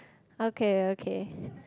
okay okay